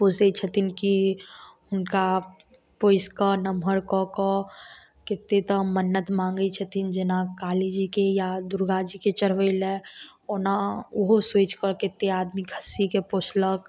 पोसै छथिन कि हुनका पोसिके नमहर कऽ कऽ कतेक तऽ मन्नत माँगै छथिन जेना कालीजीके या दुरगाजीके चढ़बै लै ओना ओहो सोचिके कतेक आदमी खस्सीके पोसलक